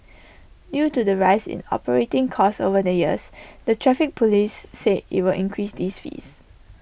due to the rise in operating costs over the years the traffic Police said IT will increase these fees